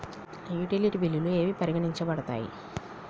Utility బిల్లులు ఏవి పరిగణించబడతాయి?